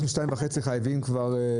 שתיים וחצי, אנחנו חייבים לסיים.